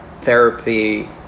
therapy